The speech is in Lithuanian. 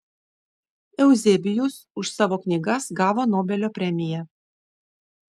euzebijus už savo knygas gavo nobelio premiją